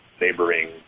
neighboring